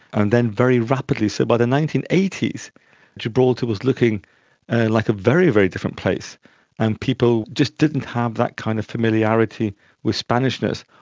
and then very rapidly, so by the nineteen eighty s gibraltar was looking like a very, very different place and people just didn't have that kind of familiarity with spanishness,